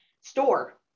store